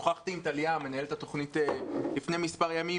שוחחתי עם טליה, מנהלת התוכנית, לפני מספר ימים.